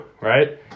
right